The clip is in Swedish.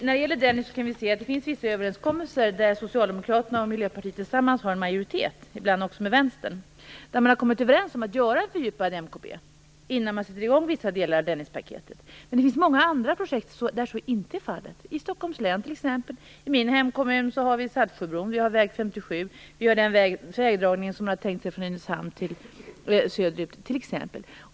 När det gäller Dennis kan vi se att det finns vissa överenskommelser där Socialdemokraterna och Miljöpartiet tillsammans har en majoritet, ibland också tillsammans med Vänstern, där man har kommit överens om att göra en fördjupad MKB innan man sätter i gång vissa delar av Dennispaketet. Men det finns många andra projekt där så inte är fallet, i Stockholms län t.ex. I min hemkommun har vi Saltsjöbron, vi har väg 57 och vi har den vägdragning som är tänkt att gå söderut från Nynäshamn.